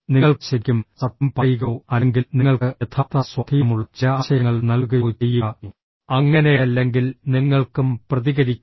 നിങ്ങൾക്ക് ശരിക്കും സത്യം പറയുകയോ അല്ലെങ്കിൽ നിങ്ങൾക്ക് യഥാർത്ഥ സ്വാധീനമുള്ള ചില ആശയങ്ങൾ നൽകുകയോ ചെയ്യുക അങ്ങനെയല്ലെങ്കിൽ നിങ്ങൾക്കും പ്രതികരിക്കാം